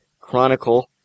Chronicle